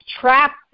trapped